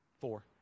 Four